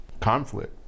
conflict